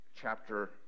chapter